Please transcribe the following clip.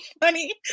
funny